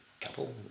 couple